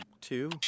two